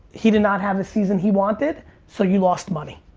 he did not have the season he wanted so you lost money